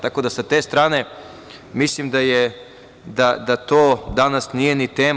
Tako da, sa te strane mislim da to danas nije ni tema.